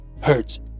hurts